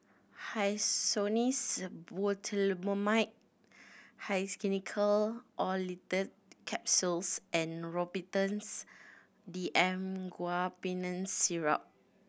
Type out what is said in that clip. Hyoscine Butylbromide Xenical Orlistat Capsules and Robitussin D M Guaiphenesin Syrup